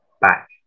back